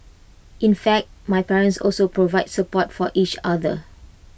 in fact my parents also provide support for each other